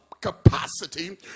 capacity